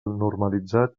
normalitzat